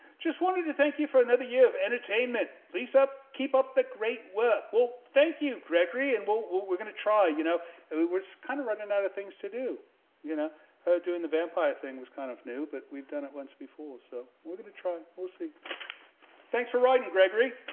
just wanted to thank you for another year of entertainment please up keep up the great work well thank you gregory and well well we're gonna try you know and we were kind of running out of things to do you know her doing the vampire thing was kind of new but we've done it once before so were gunna try we'll see thanks for writing gregory